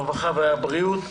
הרווחה והבריאות.